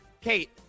Kate